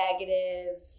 negative